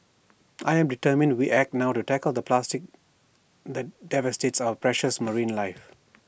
I am determined we act now to tackle the plastic that devastates our precious marine life